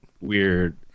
weird